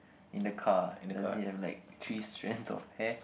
in the car does he have like three strands of hair